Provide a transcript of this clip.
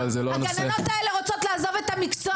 הגננות האלה רוצות לעזוב את המקצוע.